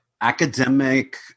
Academic